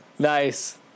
Nice